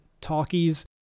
talkies